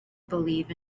believe